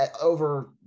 over